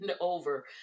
over